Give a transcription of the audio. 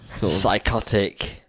psychotic